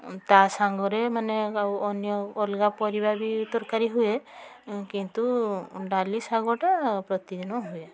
ତା ସାଙ୍ଗରେ ମାନେ ଆଉ ଅନ୍ୟ ଅଲଗା ପରିବା ବି ତରକାରୀ ହୁଏ କିନ୍ତୁ ଡାଲି ଶାଗଟା ପ୍ରତିଦିନ ହୁଏ